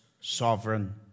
sovereign